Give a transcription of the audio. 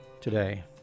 today